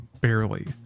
barely